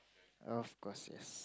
of course yes